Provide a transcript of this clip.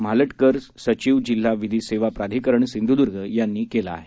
म्हालटकर सधिव जिल्हा विधी सेवा प्राधिकरण सिंधुदुर्ग यांनी केलं आहे